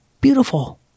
beautiful